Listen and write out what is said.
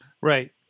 right